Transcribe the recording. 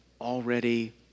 already